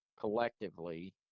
collectively